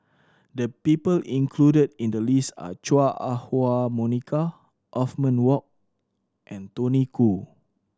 the people included in the list are Chua Ah Huwa Monica Othman Wok and Tony Khoo